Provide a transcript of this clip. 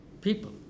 people